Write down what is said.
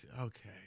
okay